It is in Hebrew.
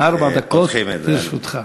פותחים את זה.